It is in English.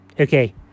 Okay